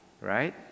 Right